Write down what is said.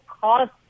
cost